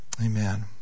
Amen